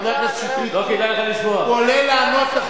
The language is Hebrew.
חבר הכנסת נסים זאב, אל תעזור לי.